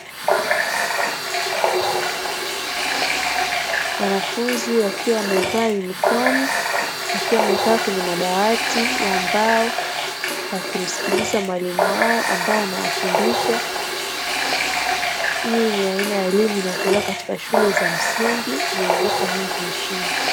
Wanafunzi wakiwa wamevaa sare za shule, wakiwa wamekaa kwenye madawati ya mbao, wakimsikiliza mwalimu wao, ambaye anawafundisha. Hii ni aina ya elimu inayotolewa katika shule za msingi, zilizopo nyingi nchini.